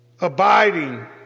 abiding